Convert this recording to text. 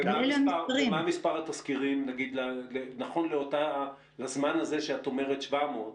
מה מספר התסקירים נכון לזמן הזה שאת אומרת 700?